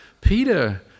Peter